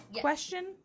question